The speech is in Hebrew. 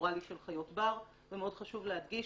אוראלי של חיות בר, ומאוד חשוב להדגיש